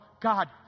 God